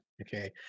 okay